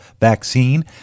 vaccine